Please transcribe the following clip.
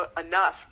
enough